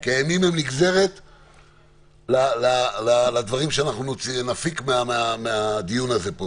כי הימים הם נגזרת לדברים שאנחנו נפיק מהדיון הזה פה.